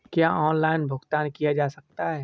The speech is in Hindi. क्या ऑनलाइन भुगतान किया जा सकता है?